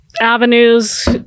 avenues